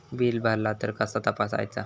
Bill भरला तर कसा तपसायचा?